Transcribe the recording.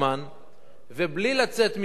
ובלי לצאת מתור הממתינים.